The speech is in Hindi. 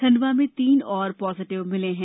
खंडवा में तीन और पॉजिटिव मिले हैं